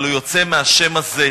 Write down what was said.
אבל הוא יוצא מהשם הזה,